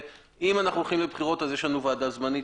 ואם אנחנו הולכים לבחירות אז יש לנו ועדה זמנית,